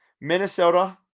Minnesota